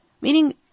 Meaning